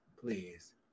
please